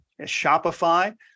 Shopify